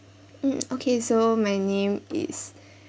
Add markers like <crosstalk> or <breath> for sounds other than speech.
mm okay so my name is <breath>